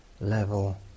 level